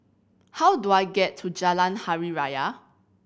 how do I get to Jalan Hari Raya